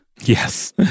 Yes